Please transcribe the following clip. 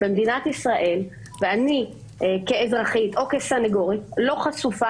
במדינת ישראל ואני כאזרחית או כסנגורית לא חשופה